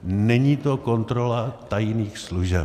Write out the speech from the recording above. Není to kontrola tajných služeb.